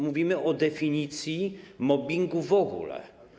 Mówimy o definicji mobbingu w ogóle.